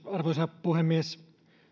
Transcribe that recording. arvoisa puhemies